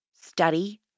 study